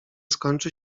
skończy